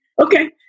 okay